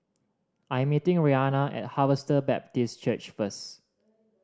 I am meeting Rihanna at Harvester Baptist Church first